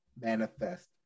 Manifest